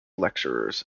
lecturers